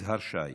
יזהר שי.